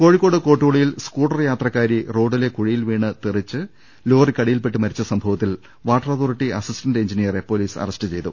കോഴിക്കോട് കോട്ടൂളിയിൽ സ്കൂട്ടർ യാത്രക്കാരി റോഡിലെ കുഴി യിൽവീണ് തെറിച്ച് ലോറിക്കടിയിൽപ്പെട്ട് മരിച്ച സംഭവത്തിൽ വാട്ടർ അതോറിറ്റി അസിസ്റ്റന്റ് എൻജിനിയറെ പോലീസ് അറസ്റ്റ് ചെയ്തു